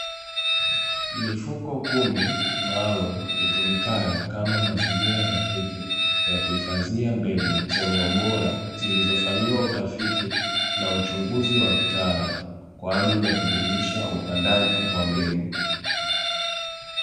Mifuko kumi maalumu itumikayo kama mazingira rafiki ya kuhifadhia mbegu zenye ubora, zilizofanyiwa utafiti na uchunguzi wa kitaalamu kwa ajili ya kudumisha upandaji wa mbegu.